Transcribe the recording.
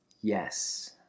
Yes